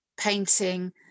painting